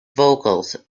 vocals